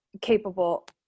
capable